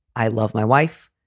i love my wife.